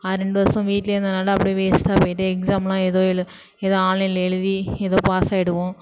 அது ரெண்டு வருஷம் வீட்டிலே இருந்ததனால அப்புடே வேஸ்ட்டாக போயிட்டு எக்ஸாம்லாம் எதுவும் எலு ஏதோ ஆன்லைன்ல எழுதி ஏதோ பாஸ் ஆகிடுவோம்